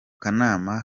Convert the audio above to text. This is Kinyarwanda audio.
kanama